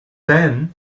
then